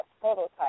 prototype